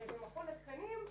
במכון התקנים,